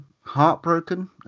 heartbroken